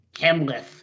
Hamlet